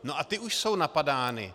No a ty už jsou napadány.